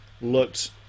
looked